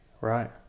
Right